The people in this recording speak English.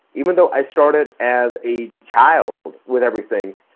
even though i started as a child with everything.